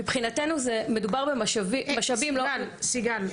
מבחינתנו מדובר במשאבים --- סיגל,